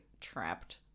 trapped